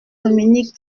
dominique